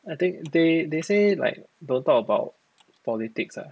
I think they they say like don't talk about politics ah